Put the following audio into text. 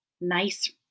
nice